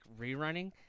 rerunning